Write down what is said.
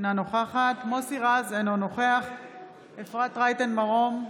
אינה נוכחת מוסי רז, אינו נוכח אפרת רייטן מרום,